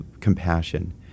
compassion